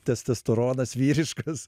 testosteronas vyriškas